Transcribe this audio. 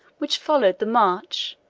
which followed the march,